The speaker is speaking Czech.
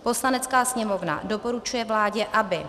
Poslanecká sněmovna doporučuje vládě, aby